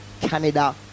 canada